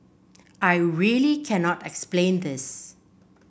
I really cannot explain this